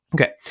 Okay